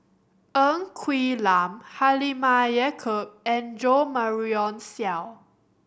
Ng Quee Lam Halimah Yacob and Jo Marion Seow